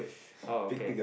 ah okay